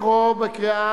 אבסדזה,